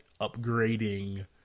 upgrading